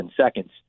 seconds